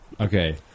Okay